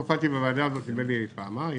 הופעתי בוועדה הזאת כמדומני פעמיים,